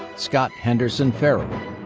scott henderson ferrell.